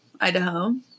idaho